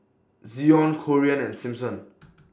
Zion Corean and Simpson